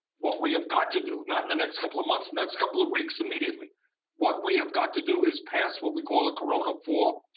what we have got to do not in the next couple of months, the next couple of weeks, immediately what we have got to do is pass what we call a corona fall,